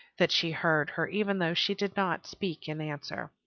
that she heard her even though she did not speak in answer.